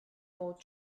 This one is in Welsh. fod